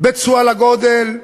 בתשואה לגודל,